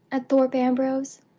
at thorpe ambrose!